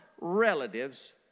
relatives